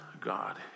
god